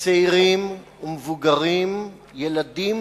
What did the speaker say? צעירים, מבוגרים, ילדים